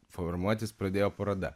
formuotis pradėjo paroda